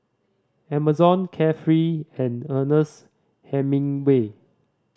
Amazon Carefree and Ernest Hemingway